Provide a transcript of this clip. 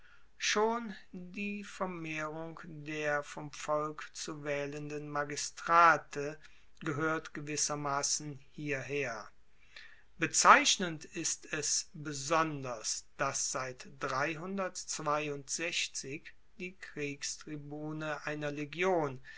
schon die vermehrung der vom volk zu waehlenden magistrate gehoert gewissermassen hierher bezeichnend ist es besonders dass seit die kriegstribune einer legion